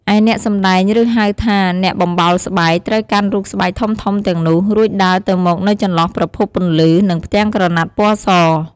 ឯអ្នកសម្តែង ឬហៅថា អ្នកបំបោលស្បែក ត្រូវកាន់រូបស្បែកធំៗទាំងនោះ រួចដើរទៅមកនៅចន្លោះប្រភពពន្លឺ និងផ្ទាំងក្រណាត់ពណ៌ស។